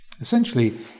Essentially